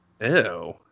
Ew